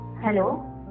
Hello